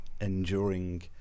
enduring